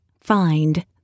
find